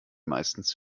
meistens